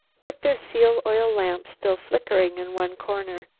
with their seal-oil lamp still flickering in one corner,